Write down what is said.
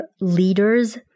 leaders